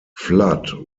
flood